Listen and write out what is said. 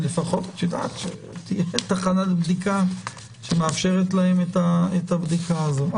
שלפחות תהיה תחנת בדיקה שמאפשרת להם את הבדיקה הזאת.